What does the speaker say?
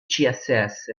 css